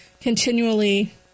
continually